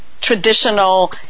traditional